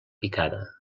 picada